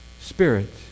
spirit